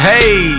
Hey